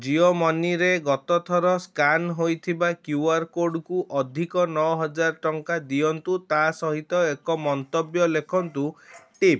ଜିଓ ମନିରେ ଗତ ଥର ସ୍କାନ୍ ହୋଇଥିବା କ୍ୟୁଆର୍ କୋଡ଼୍କୁ ଅଧିକ ନଅହଜାର ଟଙ୍କା ଦିଅନ୍ତୁ ତା ସହିତ ଏକ ମନ୍ତବ୍ୟ ଲେଖନ୍ତୁ ଟିପ୍